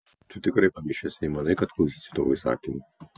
tu tikrai pamišęs jei manai kad klausysiu tavo įsakymų